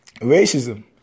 racism